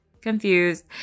Confused